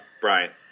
brian